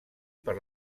per